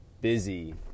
Busy